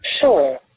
Sure